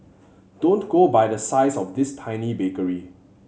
don't go by the size of this tiny bakery